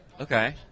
Okay